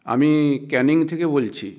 আমি ক্যানিং থেকে বলছি